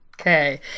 Okay